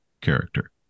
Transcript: character